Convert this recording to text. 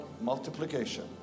multiplication